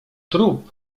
trup